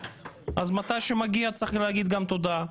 מתי שמגיע צריך לומר גם תודה.